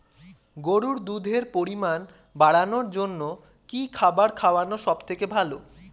গরুর দুধের পরিমাণ বাড়ানোর জন্য কি খাবার খাওয়ানো সবথেকে ভালো?